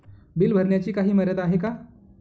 Bill भरण्याची काही मर्यादा आहे का?